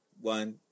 one